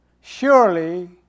surely